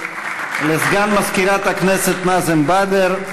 (מחיאות כפיים) לסגן מזכירת הכנסת נאזם באדר,